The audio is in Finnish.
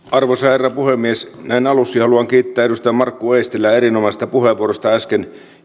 arvoisa herra puhemies näin aluksi haluan kiittää edustaja markku eestilää erinomaisesta puheenvuorosta äsken